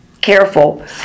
careful